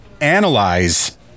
Analyze